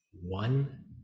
One